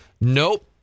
Nope